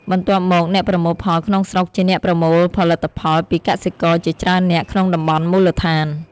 បន្ទាប់មក អ្នកប្រមូលផលក្នុងស្រុក ជាអ្នកប្រមូលផលិផលពីកសិករជាច្រើននាក់ក្នុងតំបន់មូលដ្ឋាន។